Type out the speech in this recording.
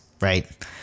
right